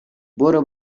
برو